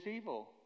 evil